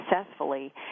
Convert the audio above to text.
successfully